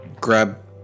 Grab